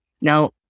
Now